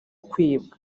kwibwa